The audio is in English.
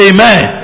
Amen